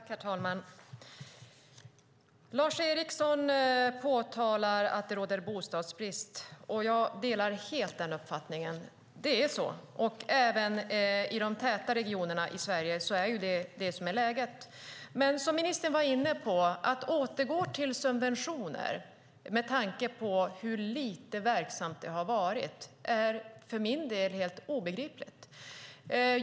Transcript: Herr talman! Lars Eriksson påtalar att det råder bostadsbrist. Jag delar helt den uppfattningen, för så är det. Även i de täta regionerna i Sverige är läget detta. Men som ministern var inne på: Att återgå till subventioner är för min del helt obegripligt, med tanke på hur lite verksamt det har varit.